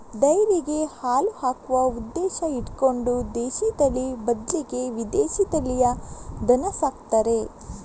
ಡೈರಿಗೆ ಹಾಲು ಹಾಕುವ ಉದ್ದೇಶ ಇಟ್ಕೊಂಡು ದೇಶೀ ತಳಿ ಬದ್ಲಿಗೆ ವಿದೇಶೀ ತಳಿಯ ದನ ಸಾಕ್ತಾರೆ